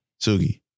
Sugi